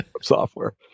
Software